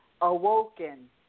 Awoken